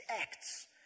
acts